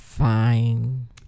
fine